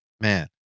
man